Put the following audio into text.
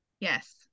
Yes